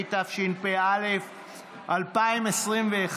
התשפ"א 2021,